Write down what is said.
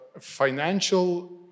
financial